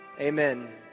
Amen